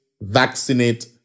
Vaccinate